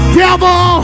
devil